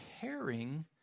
caring